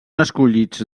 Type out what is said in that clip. escollits